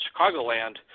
Chicagoland